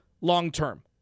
long-term